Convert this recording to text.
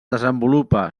desenvolupa